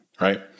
right